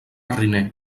riner